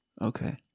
okay